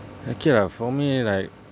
okay lah for me like